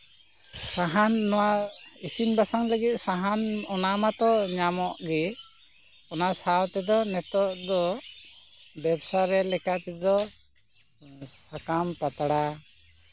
ᱥᱟᱦᱟᱱ ᱱᱚᱣᱟ ᱤᱥᱤᱱᱼᱵᱟᱥᱟᱝ ᱞᱟᱹᱜᱤᱫ ᱥᱟᱦᱟᱱ ᱱᱚᱣᱟ ᱢᱟᱛᱚ ᱧᱟᱢᱚᱜ ᱜᱮ ᱚᱱᱟ ᱥᱟᱶᱛᱮᱫᱚ ᱱᱤᱛᱳᱜ ᱫᱚ ᱵᱮᱵᱥᱟ ᱨᱮ ᱞᱮᱠᱟᱛᱮᱫᱚ ᱥᱟᱠᱟᱢ ᱯᱟᱛᱲᱟ